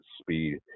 speed